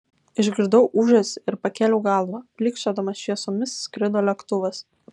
išgirdau ūžesį ir pakėliau galvą blykčiodamas šviesomis skrido lėktuvas